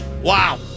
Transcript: Wow